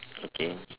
okay